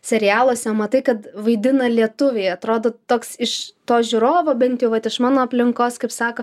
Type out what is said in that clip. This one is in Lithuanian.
serialuose matai kad vaidina lietuviai atrodo toks iš to žiūrovo bent vat iš mano aplinkos kaip sako